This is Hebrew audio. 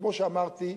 וכמו שאמרתי,